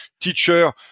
teacher